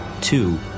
two